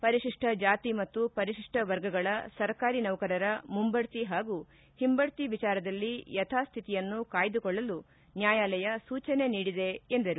ಪರಿಶಿಷ್ಟ ಜಾತಿ ಮತ್ತು ಪರಿಶಿಷ್ಷ ವರ್ಗಗಳ ಸರ್ಕಾರಿ ನೌಕರರ ಮುಂಬಡ್ತಿ ಹಾಗೂ ಹಿಂಬಡ್ತಿ ವಿಚಾರದಲ್ಲಿ ಯತಾಸ್ತಿತಿಯನ್ನು ಕಾಯ್ದುಕೊಳ್ಳಲು ನ್ಯಾಯಾಲಯ ಸೂಚನೆ ನೀಡಿದೆ ಎಂದರು